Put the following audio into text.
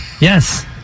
Yes